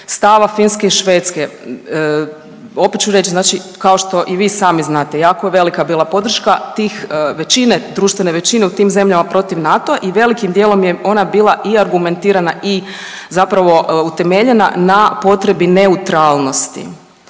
stava Finske i Švedske, opet ću reći, znači kao što i vi sami znate, jako je velika bila podrška tih, većine, društvene većine u tim zemljama protiv NATO-a i velikim dijelom je ona bila i argumentirana i zapravo utemeljena na potrebi neutralnosti